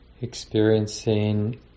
experiencing